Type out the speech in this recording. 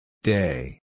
Day